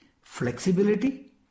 flexibility